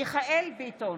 מיכאל מרדכי ביטון,